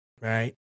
right